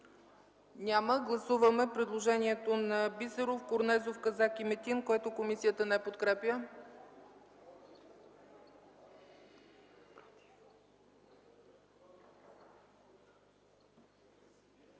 на гласуване предложението на Бисеров, Корнезов, Казак и Метин, което комисията не подкрепя.